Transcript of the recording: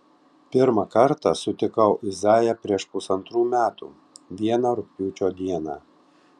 pirmą kartą sutikau izaiją prieš pusantrų metų vieną rugpjūčio dieną